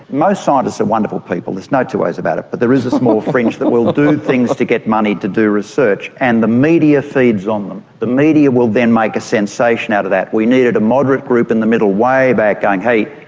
most scientists are wonderful people, there's no two ways about it, but there is a small fringe that will do things to get money to do research, and the media feeds on them. the media will then make a sensation out of that. we needed a moderate group in the middle way back going, hey,